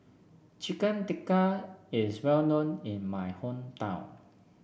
Chicken Tikka is well known in my hometown